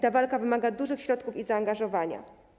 Ta walka wymaga dużych środków i zaangażowania.